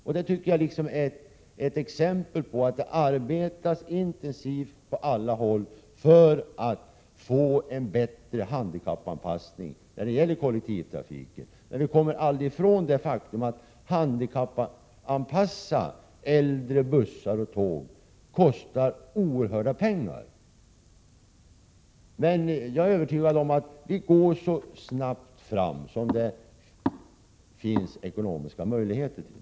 Detta tycker jag är ett exempel på att det arbetas intensivt på alla håll för att få till stånd en bättre handikappanpassning inom kollektivtrafiken. Men vi kommer aldrig ifrån det faktum att det kostar oerhört mycket pengar att handikappanpassa äldre bussar och tåg. Jag är emellertid övertygad om att vi går så snabbt fram som det finns ekonomiska möjligheter att göra.